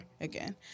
again